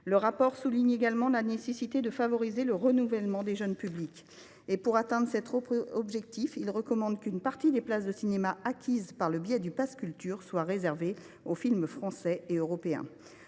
Le rapport souligne également la nécessité de favoriser le renouvellement des jeunes publics. Pour atteindre cet objectif, il recommande qu’une partie des places de cinéma acquises par le biais du pass Culture soit réservée aux films français et européens.